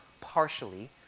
partially